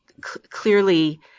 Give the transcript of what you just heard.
clearly –